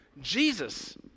Jesus